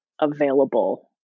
available